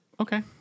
Okay